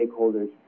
stakeholders